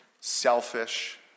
selfish